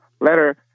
letter